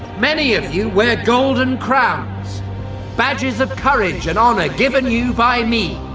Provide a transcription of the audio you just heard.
many of you wear golden crowns badges of courage and honour given you by me.